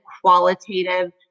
qualitative